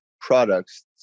products